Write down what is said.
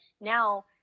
now